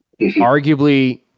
arguably